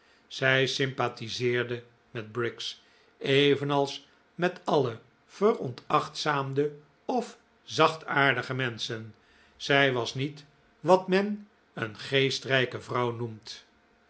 zij sympathiseerde met briggs evenals met alle veronachtzaamde of zachtaardige menschen zij was niet wat men een geestrijke vrouw noemt